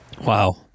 Wow